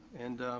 and